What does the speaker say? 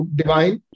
divine।